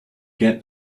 get